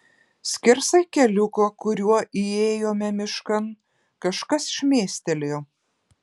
skersai keliuko kuriuo įėjome miškan kažkas šmėstelėjo